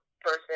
person